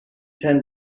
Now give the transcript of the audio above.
ten